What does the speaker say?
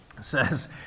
says